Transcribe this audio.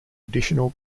additional